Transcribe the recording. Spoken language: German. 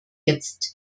jetzt